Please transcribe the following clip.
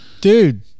dude